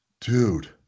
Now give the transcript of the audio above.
dude